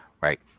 Right